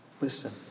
Listen